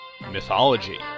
Mythology